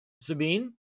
Sabine